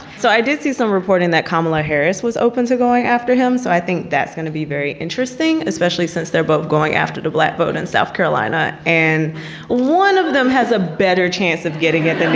so i did see some reporting that kamala harris was opens are going after him so i think that's gonna be very interesting, especially since they're both going after the black vote in south carolina and one of them has a better chance of getting it than the